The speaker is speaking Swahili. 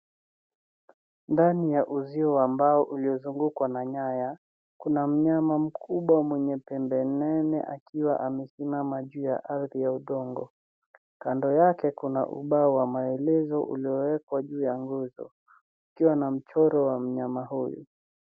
Ndani ya uzio wa mbao uliozungukwa na nyaya. Kuna mnyama mkubwa mwenye pembe nene akiwa amesimama juu ya ardhi ya udongo. Kando yake kuna ubao wa maelezo uliowekwa juu ya nguzo, pia na mchoro wa mnyama huyu.